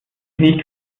nicht